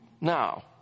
now